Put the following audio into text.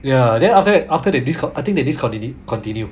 ya then after that after they disconti~ I think they discontinue continue